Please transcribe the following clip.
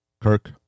Kirk